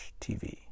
TV